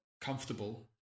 comfortable